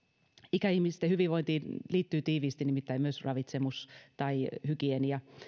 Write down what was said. ikäihmisten hyvinvointiin liittyy tiiviisti nimittäin myös ravitsemus ja hygienia